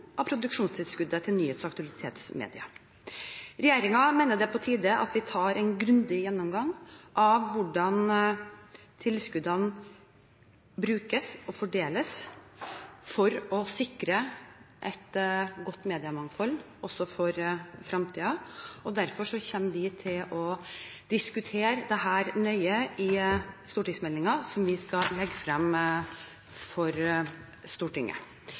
av produksjonstilskuddet til nyhets- og aktualitetsmedier. Regjeringen mener det er på tide at vi tar en grundig gjennomgang av hvordan tilskuddene brukes og fordeles, for å sikre et godt mediemangfold også for fremtiden. Derfor kommer vi til å diskutere dette nøye i stortingsmeldingen som vi skal legge frem for Stortinget.